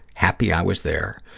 happy i was there.